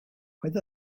paid